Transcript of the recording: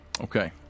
Okay